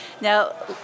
Now